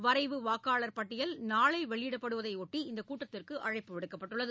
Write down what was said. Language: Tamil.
வரைவு வாக்காளர் பட்டியல் நாளை வெளியிடப்படுவதையொட்டி இந்த கூட்டத்திற்கு அழைப்பு விடுக்கப்பட்டுள்ளது